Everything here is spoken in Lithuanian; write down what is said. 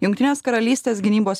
jungtinės karalystės gynybos